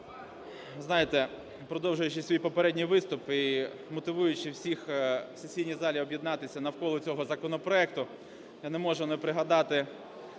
Знаєте, продовжуючи свій попередній виступ і мотивуючи всіх в сесійній залі об'єднатися навколо цього законопроекту, я не можу не пригадати